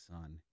Son